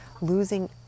losing